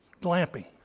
glamping